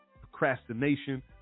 procrastination